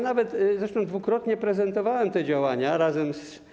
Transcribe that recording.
Nawet, zresztą dwukrotnie, prezentowałem te działania razem z.